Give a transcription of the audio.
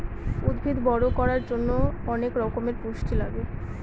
উদ্ভিদ বড়ো করার জন্য অনেক রকমের পুষ্টি লাগে